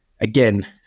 again